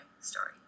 story